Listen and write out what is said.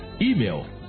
Email